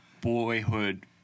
boyhood